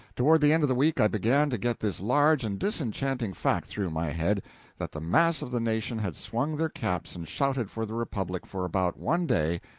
toward the end of the week i began to get this large and disenchanting fact through my head that the mass of the nation had swung their caps and shouted for the republic for about one day,